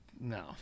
No